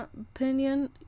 opinion